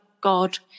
God